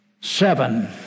seven